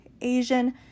Asian